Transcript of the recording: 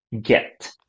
Get